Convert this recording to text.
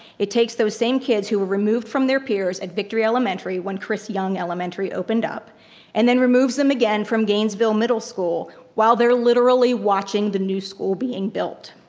it takes those same kids who were removed from their peers at victory elementary when chris yung elementary opened up and then removes them again from gainesville middle school while they're literally watching the new school being built.